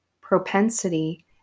propensity